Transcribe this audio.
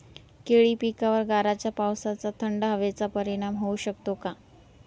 केळी पिकावर गाराच्या पावसाचा, थंड हवेचा परिणाम होऊ शकतो का?